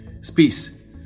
space